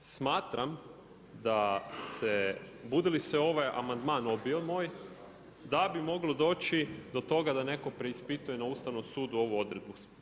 Smatram da se bude li se ovaj amandman odbio moj, da bi moglo doći do toga da netko preispituje na Ustavnom sudu ovu odredbu.